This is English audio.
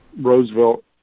roosevelt